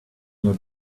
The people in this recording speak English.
your